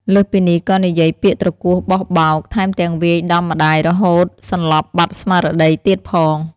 លើសពីនេះក៏និយាយពាក្យទ្រគោះបោះបោក ថែមទាំងវាយដំម្ដាយរហូតសន្លប់បាត់ស្មារតីទៀតផង។